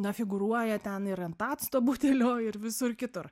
na figūruoja ten ir ant acto butelio ir visur kitur